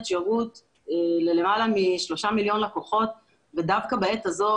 שירות ללמעלה משלושה מיליון לקוחות ודווקא בעת הזאת,